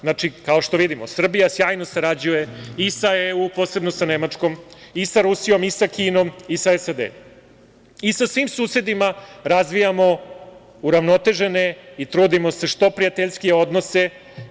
Znači, kao što vidimo, Srbija sjajno sarađuje i sa EU, posebno sa Nemačkom, i sa Rusijom i sa Kinom i sa SAD, i sa svim susedima razvijamo uravnotežene i trudimo se što prijateljskim odnosima.